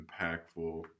impactful